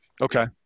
Okay